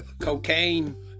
Cocaine